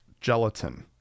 gelatin